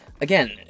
Again